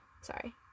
Sorry